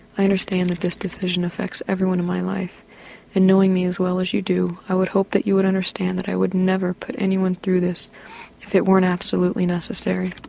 i understand that this decision affects everyone in my life and knowing me as well as you do i would hope that you would understand that i wouldn't never put anyone through this if it weren't absolutely necessary.